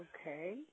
Okay